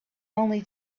only